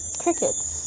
crickets